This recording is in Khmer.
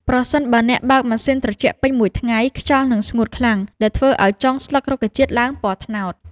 ប្រសិនបើអ្នកបើកម៉ាស៊ីនត្រជាក់ពេញមួយថ្ងៃ ខ្យល់នឹងស្ងួតខ្លាំង ដែលធ្វើឱ្យចុងស្លឹករុក្ខជាតិឡើងពណ៌ត្នោត។